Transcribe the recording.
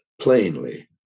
plainly